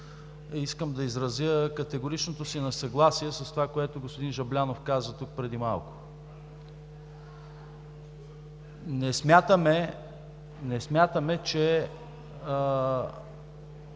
искам да изразя категоричното си несъгласие с това, което господин Жаблянов каза тук преди малко. Не смятаме, че